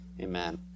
Amen